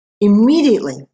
immediately